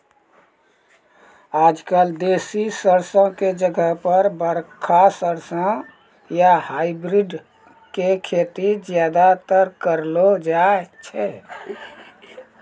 आजकल देसी सरसों के जगह पर बड़का सरसों या हाइब्रिड के खेती ज्यादातर करलो जाय छै